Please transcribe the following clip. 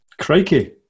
crikey